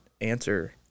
answer